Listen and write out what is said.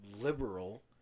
liberal